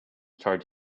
charge